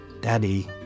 Daddy